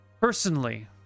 Personally